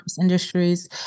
industries